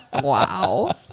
Wow